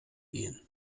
gehen